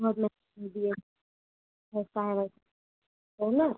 ना